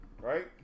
right